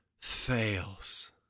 fails